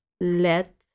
let